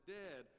dead